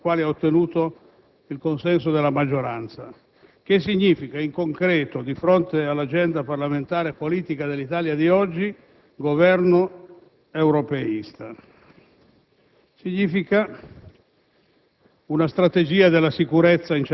che il presidente Prodi ha proposto e sui quali ha ottenuto il consenso della maggioranza. Che significa in concreto, di fronte all'agenda parlamentare politica dell'Italia di oggi, Governo europeista? Significa